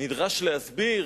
נדרש להסביר: